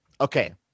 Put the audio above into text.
Okay